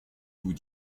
vous